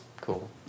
cool